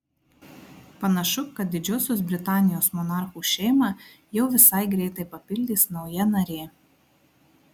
panašu kad didžiosios britanijos monarchų šeimą jau visai greitai papildys nauja narė